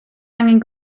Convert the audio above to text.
angen